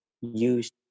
use